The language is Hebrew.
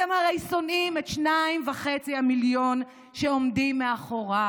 אתם הרי שונאים את שניים וחצי המיליון שעומדים מאחוריו.